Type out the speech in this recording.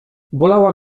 bolała